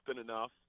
enough